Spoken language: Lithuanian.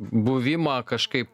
buvimą kažkaip